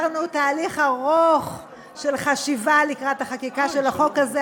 אנחנו עברנו תהליך ארוך של חשיבה לקראת החקיקה של החוק הזה,